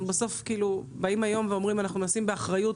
בסוף באים היום ואומרים שאנחנו נושאים באחריות